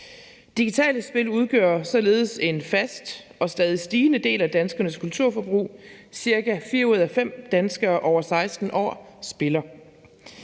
Digitale spil udgør således en fast og stadig stigende del af danskernes kulturforbrug. Cirka fire ud af fem danskere over 16 år spiller,